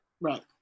right